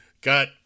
got